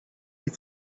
die